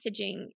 messaging